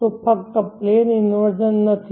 તે ફક્ત plane inversion નથી